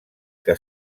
que